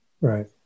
Right